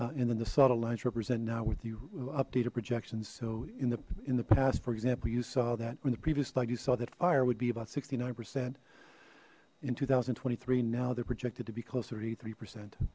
past and then the subtle lines represent now with the updated projections so in the in the past for example you saw that or in the previous slide you saw that fire would be about sixty nine percent in two thousand and twenty three now they're projected to be closer a three percent